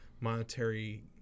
monetary